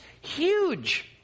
huge